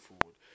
forward